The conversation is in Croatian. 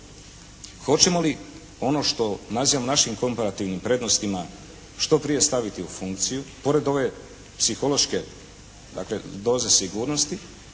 Hoćemo li ono što nazivamo našim komparativnim prednostima što prije staviti u funkciju, pored ove psihološke dakle doze sigurnosti